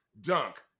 dunk